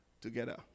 together